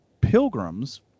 pilgrims